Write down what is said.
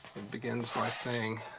begins by saying,